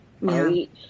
right